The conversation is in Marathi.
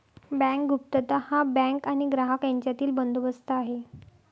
बँक गुप्तता हा बँक आणि ग्राहक यांच्यातील बंदोबस्त आहे